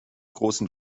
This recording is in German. großen